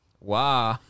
Wow